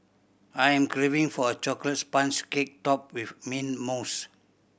I am craving for a chocolate sponge cake topped with mint mousse